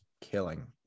killing